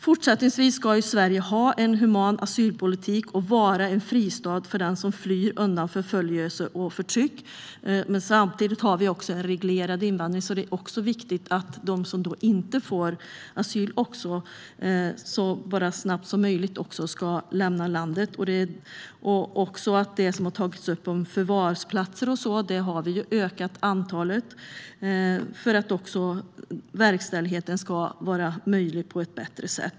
Fortsättningsvis ska Sverige ha en human asylpolitik och vara en fristad för den som flyr undan förföljelse och förtryck. Samtidigt har vi också en reglerad invandring, och det är viktigt att de som inte får asyl så snabbt som möjligt ska lämna landet. När det gäller det som har tagits upp om förvarsplatser har vi ökat antalet för att verkställigheten ska vara bättre.